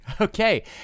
Okay